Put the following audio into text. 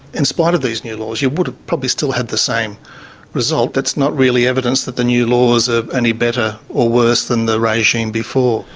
in spite of these new laws you would have probably still had the same result. that's not really evidence that the new laws are any better or worse than the regime before.